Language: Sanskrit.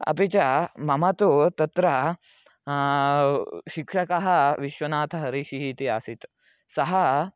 अपि च मम तु तत्र शिक्षकः विश्वनाथः हरीषिः इति आसीत् सः